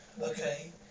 Okay